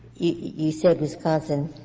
you said in wisconsin